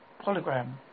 hologram